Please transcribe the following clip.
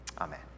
Amen